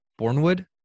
Bornwood